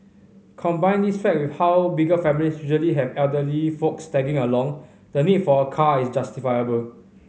combine this fact with how bigger families usually have elderly folks tagging along the need for a car is justifiable